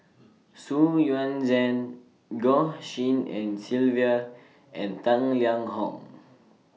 Xu Yuan Zhen Goh Tshin En Sylvia and Tang Liang Hong